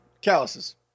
calluses